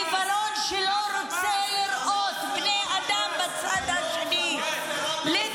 עיוורון שלא רוצה לראות בני אדם בצד השני, לחמאס.